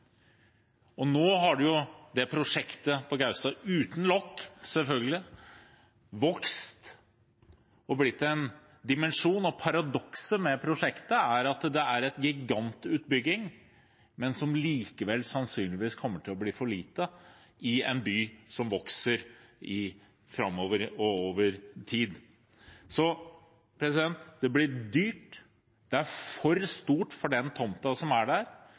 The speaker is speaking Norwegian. Nå har det prosjektet på Gaustad – uten lokk, selvfølgelig – vokst og blitt en dimensjon. Paradokset med prosjektet er at det er en gigantutbygging, som sannsynligvis likevel kommer til å bli for lite i en by som vokser framover, over tid. Det blir dyrt, det er for stort for den tomta som er der,